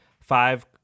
five